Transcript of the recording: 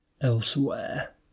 elsewhere